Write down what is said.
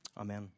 Amen